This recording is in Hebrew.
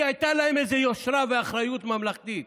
כי היו להם איזה יושרה ואחריות ממלכתית.